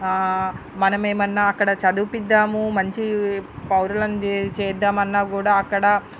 మనమేమన్న అక్కడ చదివిద్దాము మంచి పౌరులను చే చేద్దామన్నాగూడా అక్కడ